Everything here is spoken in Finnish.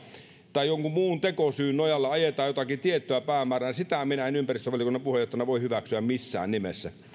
tai kun jonkun muun tekosyyn nojalla ajetaan jotakin tiettyä päämäärää niin sitä minä en ympäristövaliokunnan puheenjohtajana voi hyväksyä missään nimessä